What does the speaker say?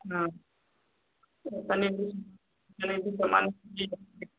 हाँ बनेगी बनेगी सामान